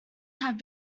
had